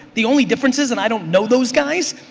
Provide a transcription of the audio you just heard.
the only difference is, and i don't know those guys,